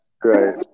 Great